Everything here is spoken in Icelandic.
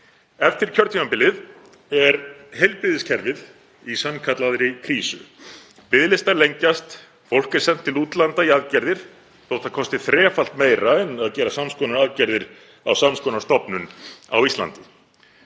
Eftir kjörtímabilið er heilbrigðiskerfið í sannkallaðri krísu, biðlistar lengjast, fólk er sent til útlanda í aðgerðir þótt það kosti þrefalt meira en að gera sams konar aðgerðir á sams konar stofnun á Íslandi.